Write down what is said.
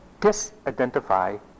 disidentify